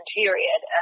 period